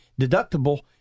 deductible